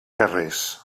carrers